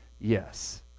yes